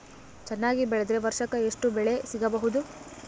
ಚೆನ್ನಾಗಿ ಬೆಳೆದ್ರೆ ವರ್ಷಕ ಎಷ್ಟು ಬೆಳೆ ಸಿಗಬಹುದು?